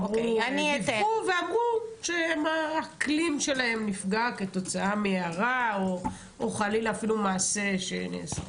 ודיווחו שהאקלים שלהם נפגע כתוצאה מהערה או חלילה אפילו מעשה שנעשה.